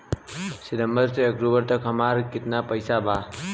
सितंबर से अक्टूबर तक हमार कितना पैसा बा?